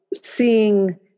seeing